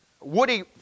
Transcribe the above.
Woody